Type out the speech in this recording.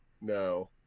no